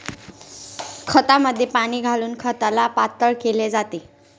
खतामध्ये पाणी घालून खताला पातळ केले जाते